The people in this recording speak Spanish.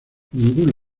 ninguno